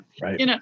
Right